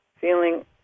...feeling